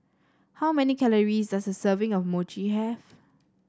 how many calories does a serving of Mochi have